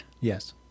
Yes